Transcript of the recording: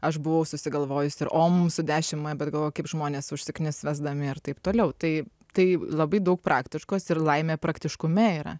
aš buvau susigalvojusi ir om su dešim m bet galvoju kaip žmonės užsiknis vesdami ir taip toliau tai tai labai daug praktiškos ir laimė praktiškume yra